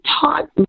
taught